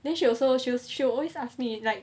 then she also she'll she'll always ask me like